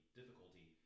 difficulty